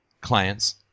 clients